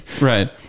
right